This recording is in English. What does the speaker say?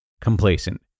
complacent